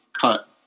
cut